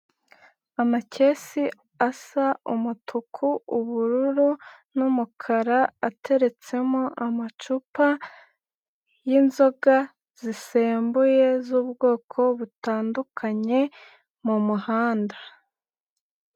Amakesi asa umutuku, ubururu n'umukara, ateretsemo amacupa y'inzoga zisembuye z'ubwoko butandukanye mu muhanda.